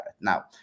now